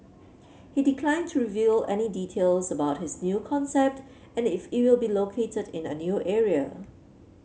he declined to reveal any details about his new concept and if it will be located in a new area